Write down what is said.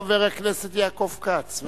חבר הכנסת יעקב כץ,